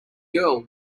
girl